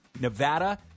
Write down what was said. Nevada